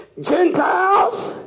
Gentiles